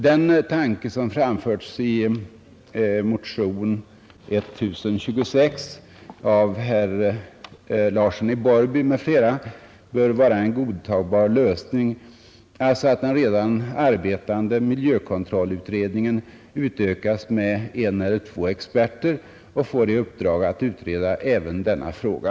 Den tanke som framförs i motionen 1026 av herr Larsson i Borrby m.fl. bör vara en godtagbar lösning — nämligen att den redan arbetande miljökontrollutredningen utökas med en eller två experter och får i uppdrag att utreda även denna fråga.